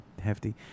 hefty